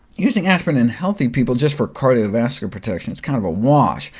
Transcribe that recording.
using aspirin in healthy people just for cardiovascular protection is kind of a wash.